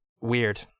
Weird